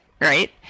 Right